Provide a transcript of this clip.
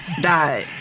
Died